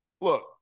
look